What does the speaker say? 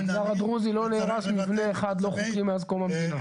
במגזר הדרוזי לא נהרס מבנה אחד לא חוקי מאז קום המדינה.